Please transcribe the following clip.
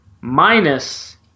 Minus